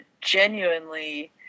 genuinely